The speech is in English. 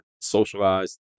socialized